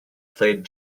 played